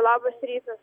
labas rytas